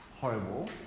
horrible